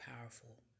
powerful